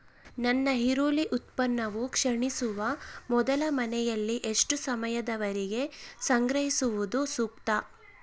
ನನ್ನ ಈರುಳ್ಳಿ ಉತ್ಪನ್ನವು ಕ್ಷೇಣಿಸುವ ಮೊದಲು ಮನೆಯಲ್ಲಿ ಎಷ್ಟು ಸಮಯದವರೆಗೆ ಸಂಗ್ರಹಿಸುವುದು ಸೂಕ್ತ?